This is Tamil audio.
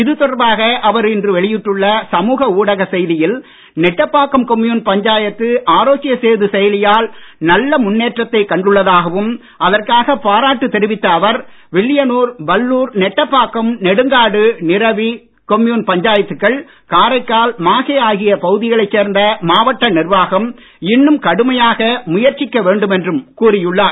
இது தொடர்பாக அவர் இன்று வெளியிட்டுள்ள சமூக ஊடகச் செய்தியில் நெட்டப்பாக்கம் கொம்யூன் பஞ்சாயத்து ஆரோக்ய சேது செயலியால் நல்ல முன்னேற்றத்தை கண்டுள்ளதாகவும் அதற்காக பாராட்டு தெரிவித்த அவர் வில்லியனூர் பல்லூர் நெட்டப்பாக்கம் நெடுங்காடு நிரவி கொம்யூன் பஞ்சாயத்துக்கள் காரைக்கால் மாஹே ஆகிய பகுதிகளைச் சேர்ந்த மாவட்ட நிர்வாகம் இன்னும் கடுமையாக முயற்சிக்க வேண்டும் என்றும் கூறியுள்ளார்